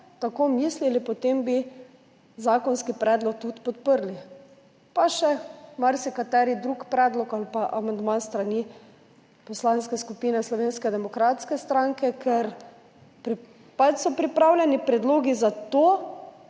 tako mislili, potem bi zakonski predlog tudi podprli, pa še marsikateri drug predlog ali pa amandma s strani Poslanske skupine Slovenske demokratske stranke, ker so pripravljeni predlogi za to,